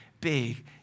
big